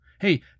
Hey